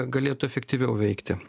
galėtų efektyviau veikti